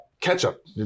ketchup